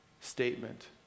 statement